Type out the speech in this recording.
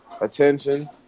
attention